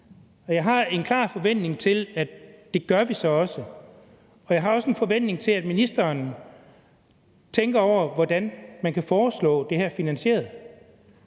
jeg har en klar forventning om, at det gør vi så også. Jeg har også en forventning om, at ministeren tænker over, hvordan man kan foreslå det her finansieret.